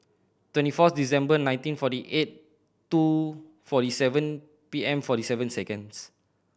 twenty four December nineteen forty eight two forty seven P M forty seven seconds